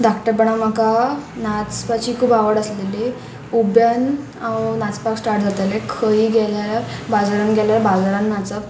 धाकटेपणां म्हाका नाचपाची खूब आवड आसलेली उब्यान हांव नाचपाक स्टार्ट जातालें खंय गेल्यार बाजारान गेल्यार बाजारान नाचप